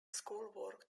schoolwork